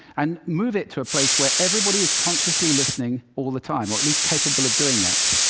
and move it to a place where everybody is consciously listening all the time, or at least capable of doing it.